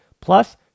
Plus